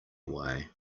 away